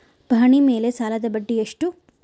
ಪಹಣಿ ಮೇಲೆ ಸಾಲದ ಬಡ್ಡಿ ಎಷ್ಟು?